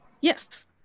Yes